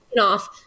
off